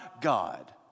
God